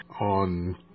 On